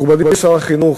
מכובדי שר החינוך,